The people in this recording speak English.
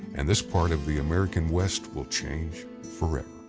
and this part of the american west will change forever.